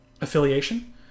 affiliation